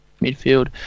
midfield